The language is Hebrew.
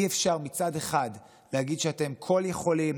אי-אפשר מצד אחד להגיד שאתם כול-יכולים,